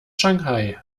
shanghai